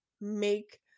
make